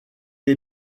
est